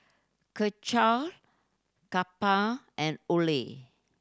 Karcher Kappa and Olay